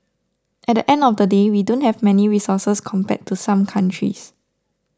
at the end of the day we don't have many resources compared to some countries